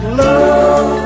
love